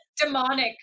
demonic-